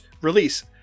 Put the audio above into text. release